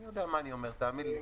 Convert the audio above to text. אני יודע מה אני אומר, תאמין לי.